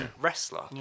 Wrestler